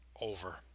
Over